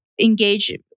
engage